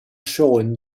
shown